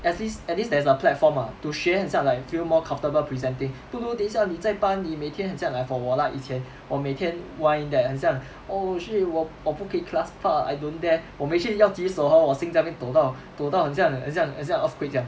at least at least there's a platform ah to 学很像 like you feel more comfortable presenting 不如等一下你在班你每天很像 like for 我 lah 以前我每天 whine that 很像 oh shit 我我不可以 class part I don't dare 我每次要举手 hor 我心脏会抖到抖到很像很像很像 earthquake 这样